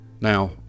Now